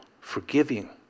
forgiving